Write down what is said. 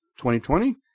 2020